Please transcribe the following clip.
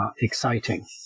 exciting